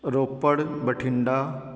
Ropar Bathinda